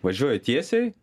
važiuoju tiesiai